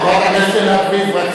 חברת הכנסת עינת וילף,